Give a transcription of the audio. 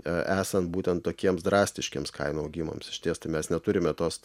esant būtent tokiems drastiškiems kainų augimams išties tai mes neturime tos